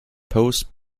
post